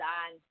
on